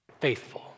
Faithful